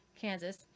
Kansas